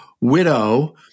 widow